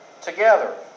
together